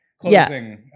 Closing